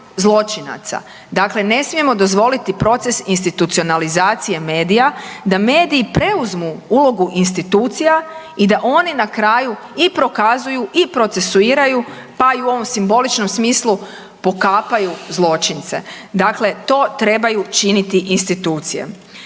zločinaca. Dakle, ne smijemo dozvoliti proces institucionalizacije medija, da mediji preuzmu ulogu institucija i da oni na kraju i prokazuju i procesuiraju pa i u ovom simboličnom smislu pokapaju zločince. Dakle, to trebaju činiti institucije.